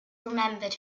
remembered